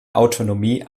autonomie